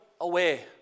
away